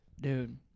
Dude